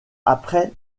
après